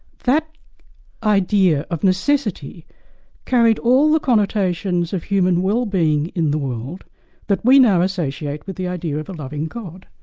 that idea of necessity carried all the connotations of human wellbeing in the world that we now associate with the idea of a loving god.